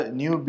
new